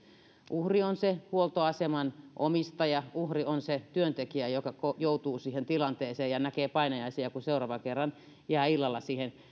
uhri on se huoltoaseman omistaja uhri on se työntekijä joka joutuu siihen tilanteeseen ja näkee painajaisia siitä että seuraavan kerran kun jää illalla siihen